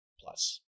Plus